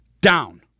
down